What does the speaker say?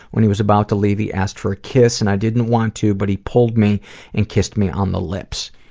when he was about to leave, he asked for a kiss and i didn't want to, but he pulled me and kissed me on the lips.